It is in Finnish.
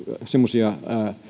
semmoisia